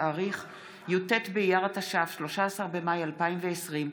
ונחתם בתאריך י"ט באייר התש"ף, 13 במאי 2020,